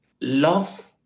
love